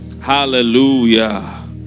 Hallelujah